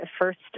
first